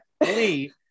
Lee